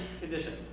condition